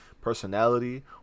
personality